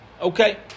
Okay